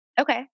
Okay